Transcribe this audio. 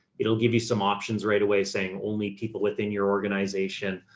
it'll give you some options right away saying only people within your organization.